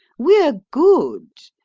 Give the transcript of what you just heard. we're good.